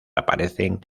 aparecen